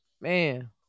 Man